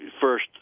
first